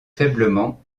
faiblement